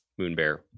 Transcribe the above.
Moonbear